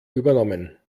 übernommen